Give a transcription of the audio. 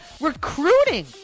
recruiting